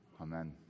Amen